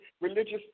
religious